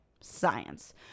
Science